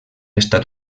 estat